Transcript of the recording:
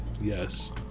Yes